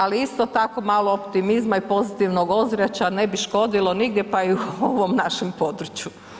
Ali isto tako malo optimizma i pozitivnog ozračja ne bi škodilo nigdje pa i u ovom našem području.